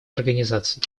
организаций